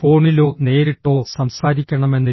ഫോണിലോ നേരിട്ടോ സംസാരിക്കണമെന്നില്ല